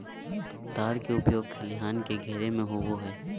तार के उपयोग खलिहान के घेरे में होबो हइ